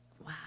Wow